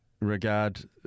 regard